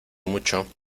mucho